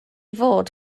fod